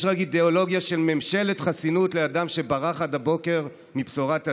יש רק אידיאולוגיה של ממשלת חסינות לאדם שברח עד הבוקר מבשורת הדין.